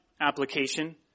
application